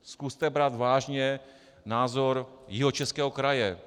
Zkuste brát vážně názor Jihočeského kraje.